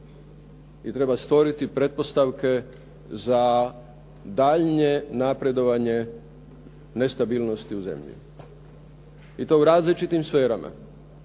i treba stvoriti pretpostavke za daljnje napredovanje nestabilnosti u zemlji i to u različitim sferama,